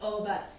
oh but